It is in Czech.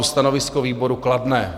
Stanovisko výboru: kladné.